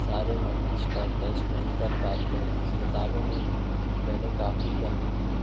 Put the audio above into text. सारे मरीज का टैस्ट नहीं कर पाते हैं अस्पतालों में पहले काफ़ी गंदगी